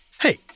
Hey